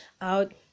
out